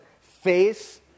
face